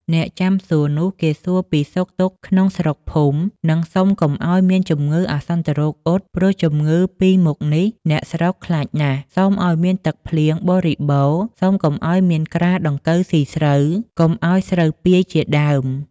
អ្នកចាំសួរនោះ គេសួរពីសុខទុក្ខក្នុងស្រុកភូមិ នឹងសុំកុំឲ្យមានជំងឺអាសន្នរោគ អុត ព្រោះជំងឺពីរ មុខនេះ អ្នកស្រុកខ្លាចណាស់ សុំឲ្យមានទឹកភ្លៀងបរិបូណ៌ សុំកុំឲ្យមានក្រាដង្កូវស៊ីស្រូវ កុំឲ្យស្រូវពាយ ជា ដើម ។